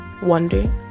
Wondering